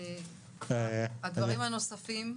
מה הדברים הנוספים?